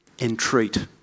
entreat